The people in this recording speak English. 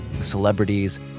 Celebrities